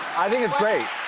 i think it's great.